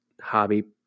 hobby